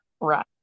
right